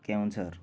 Keonjhar